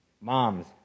Moms